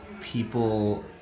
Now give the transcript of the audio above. people